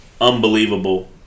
Unbelievable